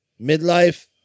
Midlife